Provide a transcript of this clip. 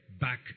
back